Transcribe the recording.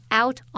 out